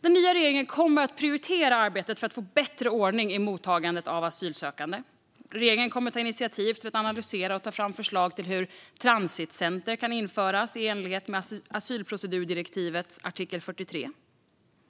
Den nya regeringen kommer att prioritera arbetet med att få bättre ordning i mottagandet av asylsökande. Regeringen kommer att ta initiativ till att analysera och ta fram förslag om hur transitcenter kan införas i enlighet med asylprocedurdirektivets artikel 43.